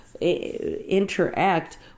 interact